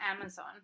Amazon